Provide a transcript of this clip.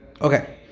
Okay